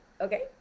Okay